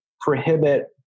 prohibit